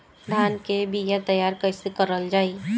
धान के बीया तैयार कैसे करल जाई?